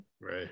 right